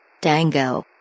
Dango